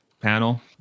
panel